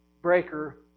breaker